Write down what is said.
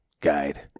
guide